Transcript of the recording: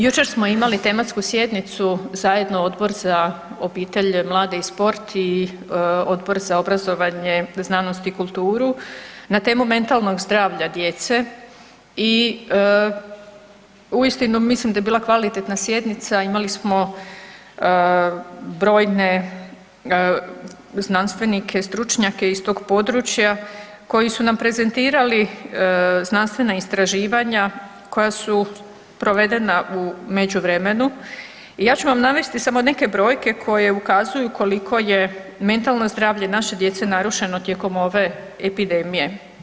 Jučer smo imali tematsku sjednicu zajedno Odbor za obitelj, mlade i sport i Odbor za obrazovanje, znanost i kulturu na temu mentalnog zdravlja djece i uistinu mislim da je bila kvalitetna sjednica, imali smo brojne znanstvenike, stručnjake iz tog područja koji su nam prezentirali znanstvena istraživanja koja su provedena u međuvremenu i ja ću vam navesti samo neke brojke koje ukazuju koliko je mentalno zdravlje naše djece narušeno tijekom ove epidemije.